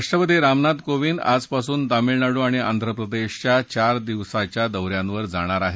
राष्ट्रपती रामनाथ कोविंद आजपासून तामिळनाडू आणि आंध्रप्रदेशच्या चार दिवसीय दौऱ्यावर जाणार आहेत